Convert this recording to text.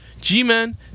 G-Men